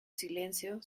silencio